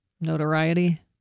Notoriety